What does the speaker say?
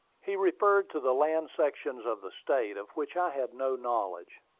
he referred to the land sections of the state, of which i had no knowledge.